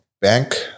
bank